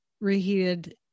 reheated